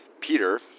Peter